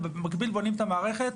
ובמקביל בונים את המערכת.